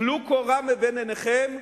טלו קורה מבין עיניכם.